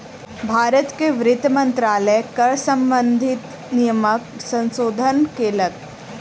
भारत के वित्त मंत्रालय कर सम्बंधित नियमक संशोधन केलक